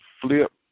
flip